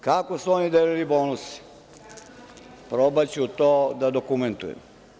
Kako su oni delili bonuse probaću to da dokumentujem.